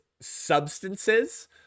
substances-